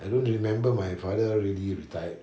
I don't remember my father really retired